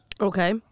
Okay